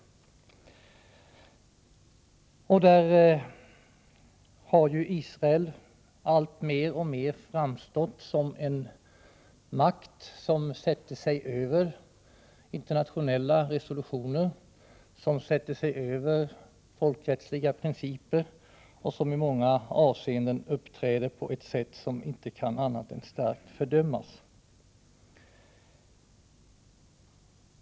Israel har alltmer framstått som en makt som sätter sig över internationella resolutioner, som sätter sig över folkrättsliga principer och som i många avseenden uppträder på ett sätt som inte kan annat än starkt fördömas.